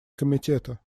комитета